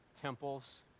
temples